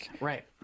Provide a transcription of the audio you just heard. Right